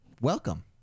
welcome